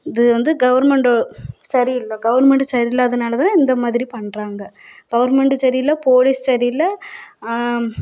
இது வந்து கவர்மெண்டு சரி இல்லை கவர்மெண்டு சரி இல்லாதனால் தான் இந்த மாதிரி பண்ணுறாங்க கவர்மெண்டு சரி இல்லை போலீஸ் சரி இல்லை